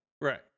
Right